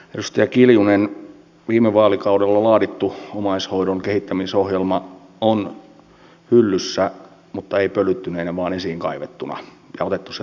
edustaja kiljunen viime vaalikaudella laadittu omaishoidon kehittämisohjelma on hyllyssä mutta ei pölyttyneenä vaan esiin kaivettuna ja otettu sieltä hyllystä poiskin